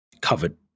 covered